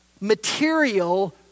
material